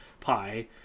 pie